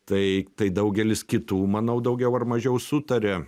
tai tai daugelis kitų manau daugiau ar mažiau sutaria